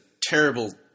terrible